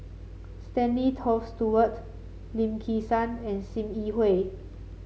Stanley Toft Stewart Lim Kim San and Sim Yi Hui